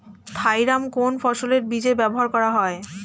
Thiram কোন ফসলের বীজে ব্যবহার করা হয়?